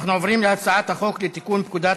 אנחנו עוברים להצעת החוק לתיקון פקודת